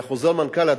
וחוזר המנכ"ל,